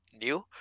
New